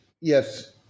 yes